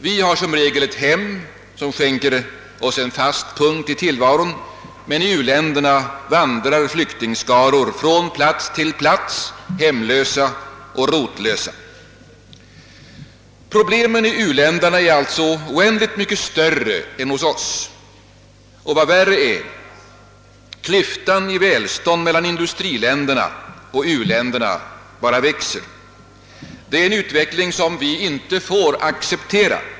Vi har som regel ett hem som skänker oss en fast punkt i tillvaron, men i u-länderna vandrar flyktingskaror från plats till plats, hemlösa och rotlösa. Problemen i u-länderna är alltså oändligt mycket större än hos oss, och vad värre är: klyftan i välstånd mellan industriländerna och u-länderna bara växer. Detta är en utveckling som vi inte får acceptera.